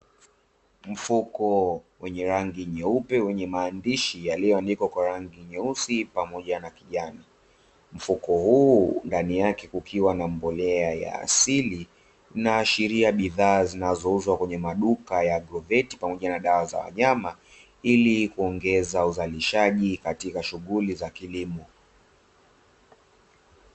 Mfuko wenye rangi nyeupe wenye maandishi yaliyoandikwa kwa rangi nyeusi pamoja na kijani, mfuko huu ndani yake kukiwa na mbolea ya asili, inaashiria bidhaa zinazouzwa kwenye maduka ya agroveti pamoja na dawa za wanyama, ili kuongeza uzalishaji katika shughuli za kilimo.